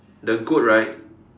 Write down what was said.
the goat right